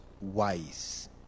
wise